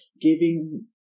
giving